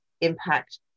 impact